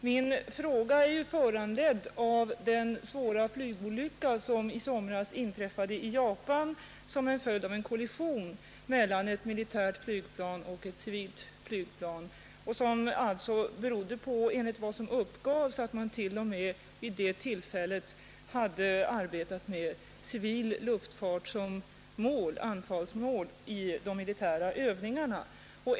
Min fråga är föranledd av den svåra flygolycka som i somras inträffade i Japan som en följd av en kollision mellan ett militärt flygplan och ett civilt flygplan och som enligt vad som uppgavs berodde på att man vid det tillfället faktiskt hade arbetat med civila flygplan som anfallsmål i de militära övningarna.